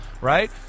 Right